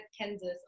Kansas